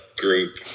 group